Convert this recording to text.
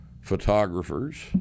photographers